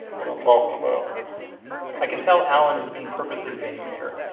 what i'm talking about i can tell allen is being purposely vague here.